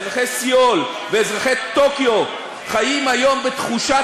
אזרחי סיאול ואזרחי טוקיו חיים היום בתחושת